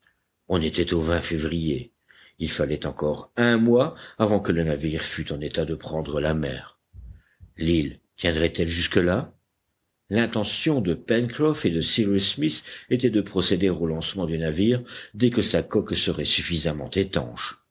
on était au février il fallait encore un mois avant que le navire fût en état de prendre la mer l'île tiendrait elle jusque-là l'intention de pencroff et de cyrus smith était de procéder au lancement du navire dès que sa coque serait suffisamment étanche